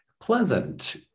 Pleasant